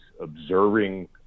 observing